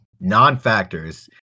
non-factors